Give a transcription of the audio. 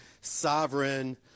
sovereign